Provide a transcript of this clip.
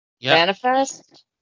Manifest